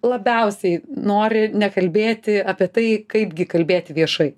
labiausiai nori nekalbėti apie tai kaipgi kalbėti viešai